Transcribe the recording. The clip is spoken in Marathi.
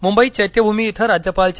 मुंबईत चैत्यभूमी इथं राज्यपाल चे